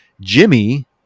Jimmy